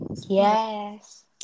Yes